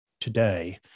today